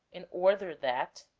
in order that